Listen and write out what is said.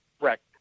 Correct